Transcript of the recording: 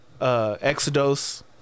Exodus